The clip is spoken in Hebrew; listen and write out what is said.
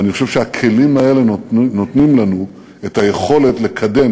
ואני חושב שהכלים האלה נותנים לנו את היכולת לקדם,